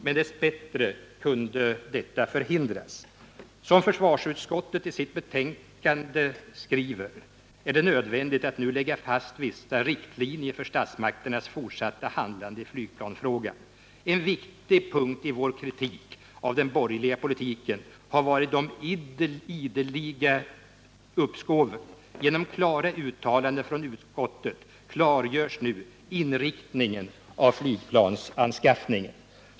Men dess bättre kunde detta förhindras. Som försvarsutskottet skriver i sitt betänkande är det nödvändigt att nu lägga fast vissa riktlinjer för statsmakternas fortsatta handlande i flygplansfrågan. En viktig punkt i vår kritik av den borgerliga politiken har varit de ideliga uppskoven. Genom klara uttalanden från utskottet klargörs nu inriktningen av flygplansanskaffningen.